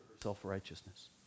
self-righteousness